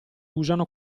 usano